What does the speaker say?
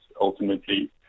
ultimately